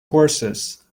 horses